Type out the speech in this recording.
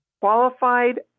qualified